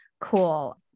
cool